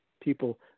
People